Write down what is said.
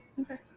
Okay